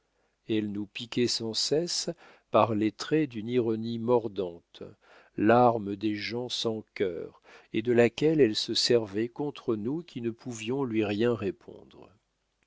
elle nous piquait sans cesse par les traits d'une ironie mordante l'arme des gens sans cœur et de laquelle elle se servait contre nous qui ne pouvions lui rien répondre